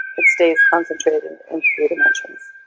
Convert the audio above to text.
it stays concentrated in three dimensions.